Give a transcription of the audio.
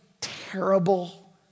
terrible